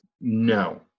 no